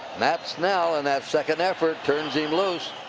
matt snell. and that second effort turns him loose.